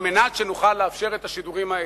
כדי שנוכל לאפשר את השידורים האלה.